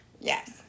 yes